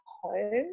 home